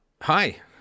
hi